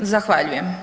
Zahvaljujem.